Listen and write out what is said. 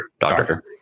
Doctor